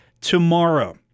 tomorrow